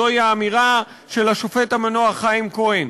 זוהי אמירה של השופט המנוח חיים כהן.